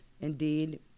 Indeed